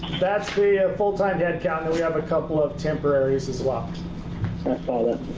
that's the ah full-time headcount. but we have a couple of temporaries as well. that's all